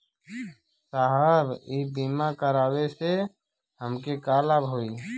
साहब इ बीमा करावे से हमके का लाभ होई?